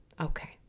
Okay